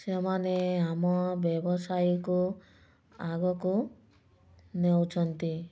ସେମାନେ ଆମ ବ୍ୟବସାୟକୁ ଆଗକୁ ନେଉଛନ୍ତି